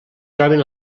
troben